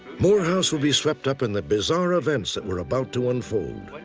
morehouse would be swept up in the bizarre events that were about to unfold,